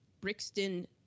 Brixton